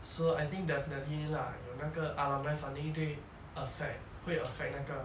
so I think definitely lah you know 那个 alumni funding 一定会 affect 会 affect 那个